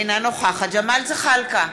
אינה נוכחת ג'מאל זחאלקה,